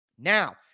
Now